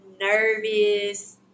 nervous